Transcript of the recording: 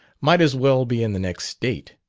might as well be in the next state.